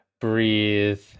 breathe